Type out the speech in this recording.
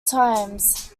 times